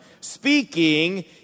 speaking